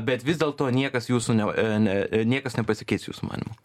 bet vis dėlto niekas jūsų neve e ne niekas nepasikeis jūsų manymu